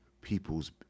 people's